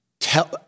Tell